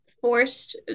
forced